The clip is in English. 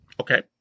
Okay